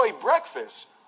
breakfast